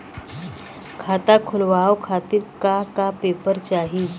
खाता खोलवाव खातिर का का पेपर चाही?